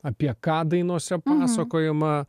apie ką dainose pasakojama